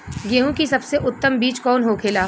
गेहूँ की सबसे उत्तम बीज कौन होखेला?